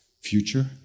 future